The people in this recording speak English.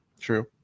True